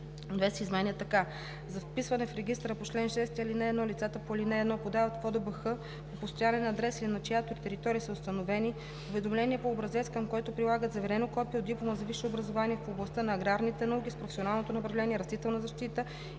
2 се изменя така: „(2) За вписване в регистъра по чл. 6, ал. 1 лицата по ал. 1 подават в ОДБХ по постоянен адрес или на чиято територия са установени, уведомление по образец, към което прилагат заверено копие от диплома за висше образование в областта на аграрните науки с професионално направление „Растителна защита“